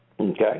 Okay